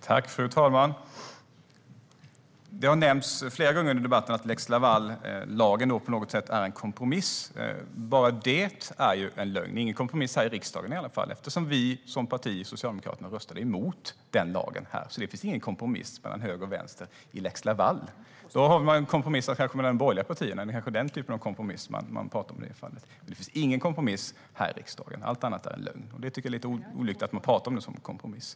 Fru talman! Flera gånger under debatten har det nämnts att lex Laval på något sätt är en kompromiss. Bara det är ju en lögn. Det gjordes i alla fall ingen kompromiss här i riksdagen eftersom Socialdemokraterna röstade emot den lagen. Det finns alltså ingen kompromiss mellan höger och vänster när det gäller lex Laval. Man kan ha kompromissat inom de borgerliga partierna. Det är kanske den typen av kompromiss som man pratar om. Men det finns ingen kompromiss här i riksdagen. Allt annat är en lögn. Jag tycker att det är lite olyckligt att man pratar om en sådan kompromiss.